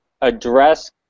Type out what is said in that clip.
address